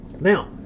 Now